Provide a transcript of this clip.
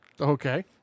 Okay